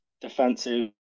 defensive